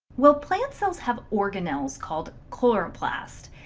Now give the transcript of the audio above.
well plant cells have organelles called chloroplasts.